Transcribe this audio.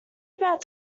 about